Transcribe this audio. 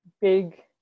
big